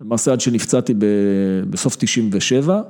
למעשה עד שנפצעתי בסוף תשעים ושבע.